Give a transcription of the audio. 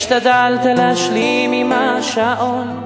שוללת אופציות אחרות, המונחות על השולחן.